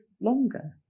longer